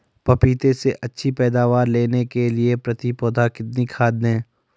पपीते से अच्छी पैदावार लेने के लिए प्रति पौधा कितनी खाद दें?